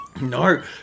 No